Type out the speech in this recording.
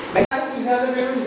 गृह ऋण ला का का कागज लागी?